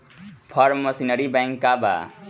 Form machinery bank का बा?